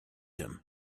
him